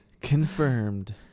Confirmed